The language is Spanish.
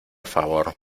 favor